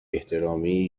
احترامی